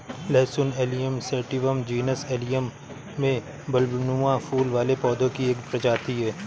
लहसुन Allium sativum genus Allium में बल्बनुमा फूल वाले पौधे की एक प्रजाति है